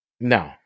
No